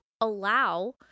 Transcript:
allow